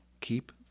keep